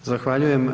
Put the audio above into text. Zahvaljujem.